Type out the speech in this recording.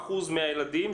36% מהילדים,